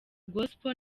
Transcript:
gospel